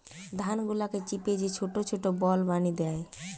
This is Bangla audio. ধান গুলাকে চিপে যে ছোট ছোট বল বানি দ্যায়